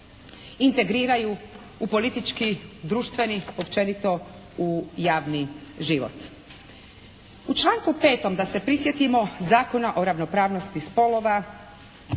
integriraju u politički, društveni općenito u javni život. U članku 5. da se prisjetimo Zakona o ravnopravnosti spolova